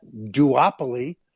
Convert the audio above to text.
duopoly